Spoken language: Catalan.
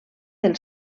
del